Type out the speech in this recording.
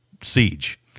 siege